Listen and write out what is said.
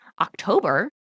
October